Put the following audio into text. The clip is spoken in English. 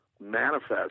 manifest